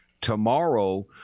tomorrow